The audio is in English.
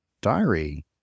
diary